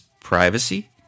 privacy